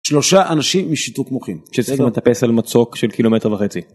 שלושה אנשים משיתוק מוחין. שצריכים גם לטפס על מצוק של קילומטר וחצי.